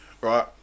Right